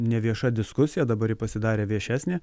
nevieša diskusija dabar ji pasidarė viešesnė